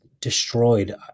destroyed